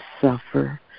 suffer